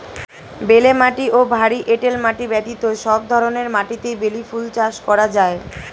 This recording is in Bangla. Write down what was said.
বেলে মাটি ও ভারী এঁটেল মাটি ব্যতীত সব ধরনের মাটিতেই বেলি ফুল চাষ করা যায়